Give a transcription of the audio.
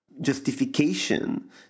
justification